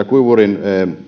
kuivurin